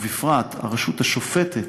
ובפרט הרשות השופטת,